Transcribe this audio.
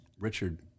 richard